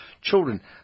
children